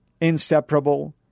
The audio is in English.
inseparable